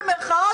במירכאות,